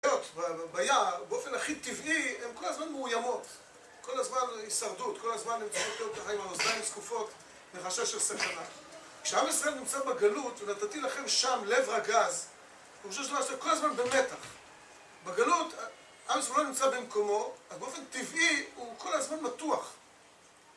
בגלות, ביער, באופן הכי טבעי, הן כל הזמן מאוימות, כל הזמן הישרדות, כל הזמן נמצאות אותך עם האוזניים זקופות, מחשש של סכנה. כשעם ישראל נמצא בגלות, ונתתי לכם שם לב רגז, פירושו הוא שכל הזמן במתח. בגלות, עם ישראל לא נמצא במקומו, אז באופן טבעי הוא כל הזמן מתוח.